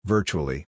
Virtually